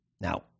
Now